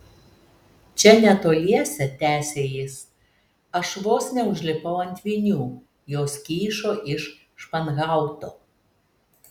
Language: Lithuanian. čia netoliese tęsė jis aš vos neužlipau ant vinių jos kyšo iš španhauto